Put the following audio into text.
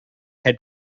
had